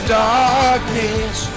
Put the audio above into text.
darkness